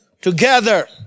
together